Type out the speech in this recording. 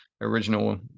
original